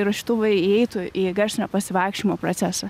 įrašytuvai įeitų į garsinio pasivaikščiojimo procesą